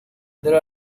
there